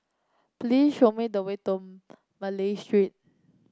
please show me the way to Malay Street